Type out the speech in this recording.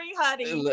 honey